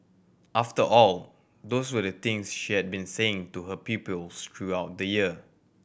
after all those were the things she had been saying to her pupils throughout the year